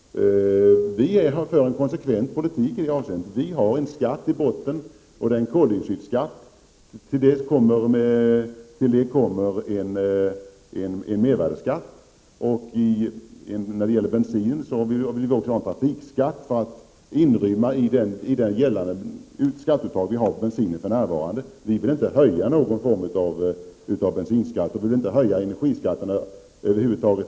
Vi för en konsekvent politik i det avseendet. Vi har en skatt i botten, en koldioxidskatt, och till det kommer en mervärdeskatt. När det gäller bensinen vill vi ha en trafikskatt som skall inrymmas i det nu gällande skatteuttaget på bensin. Vi vill inte höja någon form av bensinskatt eller över huvud taget höja energiskatterna.